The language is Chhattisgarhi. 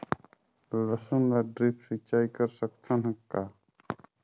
लसुन ल ड्रिप सिंचाई कर सकत हन का?